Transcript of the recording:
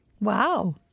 wow